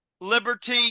liberty